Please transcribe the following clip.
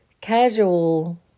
casual